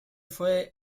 fue